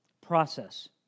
process